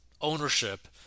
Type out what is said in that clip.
ownership